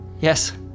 yes